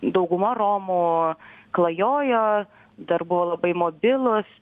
dauguma romų klajojo dar buvo labai mobilūs